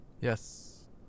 Yes